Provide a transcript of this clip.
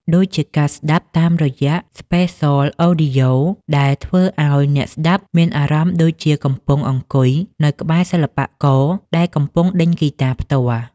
ដូចជាការស្តាប់តាមរយៈ ស្ប៉េហ្សល អូឌីយ៉ូ (Spatial Audio) ដែលធ្វើឱ្យអ្នកស្តាប់មានអារម្មណ៍ដូចជាកំពុងអង្គុយនៅក្បែរសិល្បករដែលកំពុងដេញហ្គីតាផ្ទាល់។